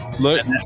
Look